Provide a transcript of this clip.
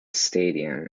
stadium